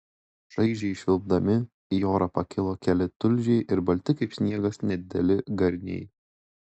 šaižiai švilpdami į orą pakilo keli tulžiai ir balti kaip sniegas nedideli garniai